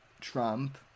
Trump